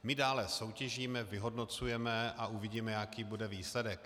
My dále soutěžíme, vyhodnocujeme a uvidíme, jaký bude výsledek.